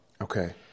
okay